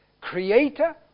creator